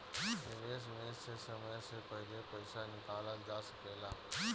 निवेश में से समय से पहले पईसा निकालल जा सेकला?